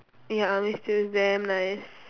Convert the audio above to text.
ya army stew is damn nice